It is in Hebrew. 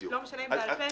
לא משנה אם בעל-פה.